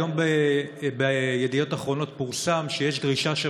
היום בידיעות אחרונות פורסם שיש דרישה של